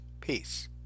Peace